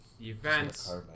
events